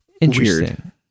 interesting